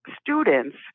students